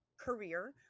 career